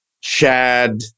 Chad